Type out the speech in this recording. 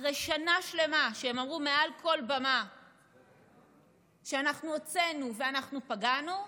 אחרי שנה שלמה שהם אמרו מעל כל במה שאנחנו הוצאנו ואנחנו פגענו,